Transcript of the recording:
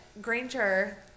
Granger